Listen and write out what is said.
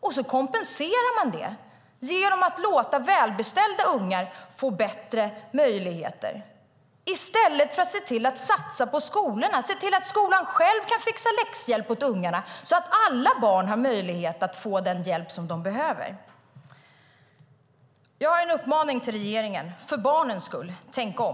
Det kompenserar man genom att låta välbeställda ungar få bättre möjligheter, i stället för att se till att satsa på skolorna. Se till att skolan själv kan fixa läxhjälp åt ungarna så att alla barn har möjlighet att få den hjälp de behöver. Jag har en uppmaning till regeringen. För barnens skull: Tänk om!